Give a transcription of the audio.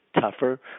tougher